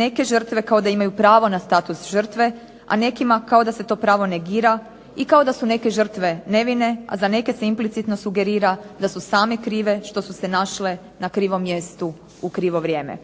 neke žrtve kao da imaju pravo na status žrtve, a nekima kao da se to pravo negira i kao da su neke žrtve nevine, a za neke se implicitno sugerira da su same krive što su se našle na krivom mjestu u krivo vrijeme.